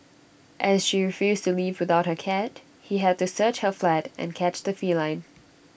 as she refused to leave without her cat he had to search her flat and catch the feline